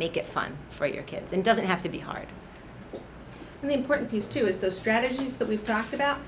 make it fun for your kids and doesn't have to be hard and the important piece too is those strategies that we profit out